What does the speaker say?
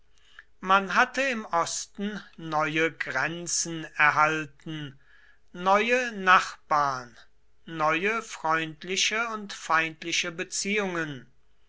man hatte im osten neue grenzen erhalten neue nachbarn neue freundliche und feindliche beziehungen